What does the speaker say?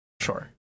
Sure